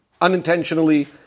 unintentionally